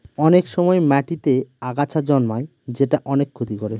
অনেক সময় মাটিতেতে আগাছা জন্মায় যেটা অনেক ক্ষতি করে